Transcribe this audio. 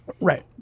Right